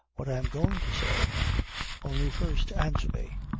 what i am goin' to say only first answer me.